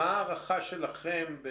מה ההערכה שלכם?